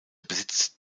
besitzt